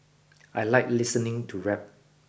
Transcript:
I like listening to rap